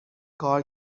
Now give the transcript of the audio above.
کار